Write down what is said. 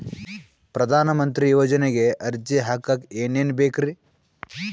ಪ್ರಧಾನಮಂತ್ರಿ ಯೋಜನೆಗೆ ಅರ್ಜಿ ಹಾಕಕ್ ಏನೇನ್ ಬೇಕ್ರಿ?